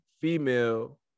female